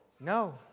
no